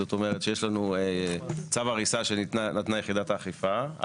זאת אומרת שיש לנו צו הריסה שנתנה יחידת האכיפה,